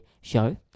show